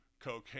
cocaine